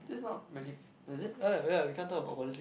that's not really is it oh yeah yeah we can't talk about politics